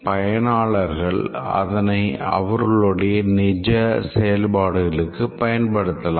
பயனாளர்கள் அதனை அவர்களுடைய நிஜ செயல்பாடுகளுக்கு பயன்படுத்தலாம்